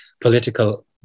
political